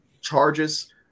charges